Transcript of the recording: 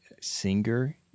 singer